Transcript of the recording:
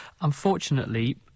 Unfortunately